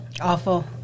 Awful